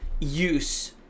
use